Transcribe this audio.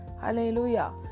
Hallelujah